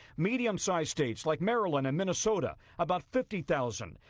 medium-sized states like maryland and minnesota about fifty thousand.